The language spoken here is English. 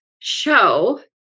show